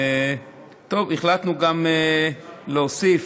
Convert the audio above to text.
החלטנו גם להוסיף.